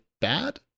bad